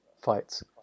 fights